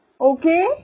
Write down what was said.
Okay